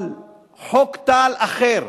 אבל חוק טל אחר